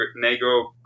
Negro